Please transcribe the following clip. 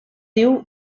diu